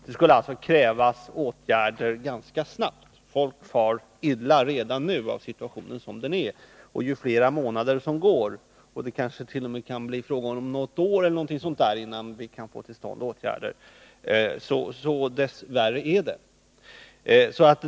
Det krävs alltså att åtgärder vidtas ganska snart. Den nuvarande situationen gör att folk far illa redan nu, och ju fler månader som går — och det kanske t.o.m. kan bli fråga om bortåt ett år, innan åtgärder vidtas — desto värre blir det.